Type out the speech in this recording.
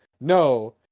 No